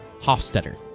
Hofstetter